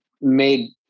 made